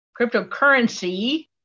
cryptocurrency